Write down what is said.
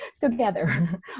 together